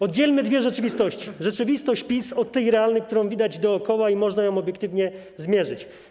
Oddzielmy dwie rzeczywistości: rzeczywistość PiS od tej realnej, którą widać dookoła i którą można obiektywnie zmierzyć.